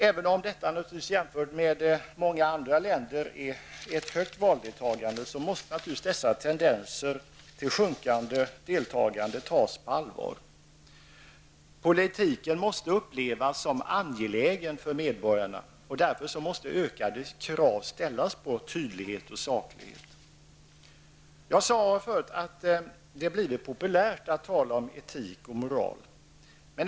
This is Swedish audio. Även om detta, jämfört med många andra länder, är ett högt valdeltagande måste dessa tendenser till sjunkande deltagande tas på allvar. Politiken måste upplevas som angelägen för medborgarna. Därför måste ökade krav ställas på tydlighet och saklighet. Jag sade förut att det har blivit populärt att tala om etik och moral.